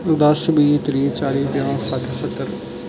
दस बीह् त्रीह् चाली पंजाह् सट्ठ सत्तर